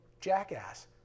jackass